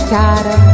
cara